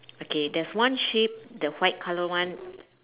okay there's one sheep the white colour one